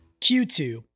Q2